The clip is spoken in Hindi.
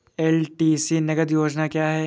एल.टी.सी नगद योजना क्या है?